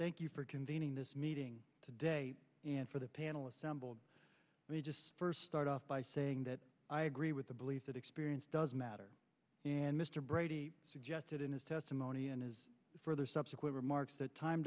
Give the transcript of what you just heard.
for convening this meeting today and for the panel assembled first start off by saying that i agree with the belief that experience does matter and mr brady suggested in his testimony and his further subsequent remarks that time